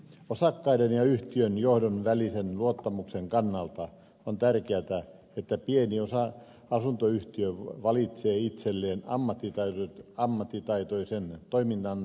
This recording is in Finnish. osakkaiden ja yhtiön johdon välisen luottamuksen kannalta on tärkeätä että pieni asuntoyhtiö valitsee itselleen ammattitaitoisen toiminnan tarkastajan